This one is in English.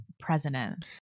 president